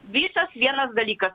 visas vienas dalykas